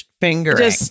fingering